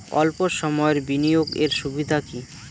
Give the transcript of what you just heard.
অল্প সময়ের বিনিয়োগ এর সুবিধা কি?